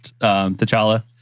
T'Challa